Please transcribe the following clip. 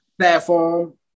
platform